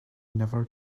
never